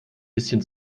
bisschen